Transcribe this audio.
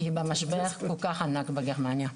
כי היא במשבר כל כך ענק בגרמניה.